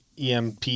emp